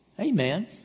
Amen